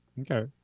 Okay